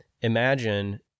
imagine